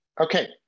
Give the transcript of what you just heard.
Okay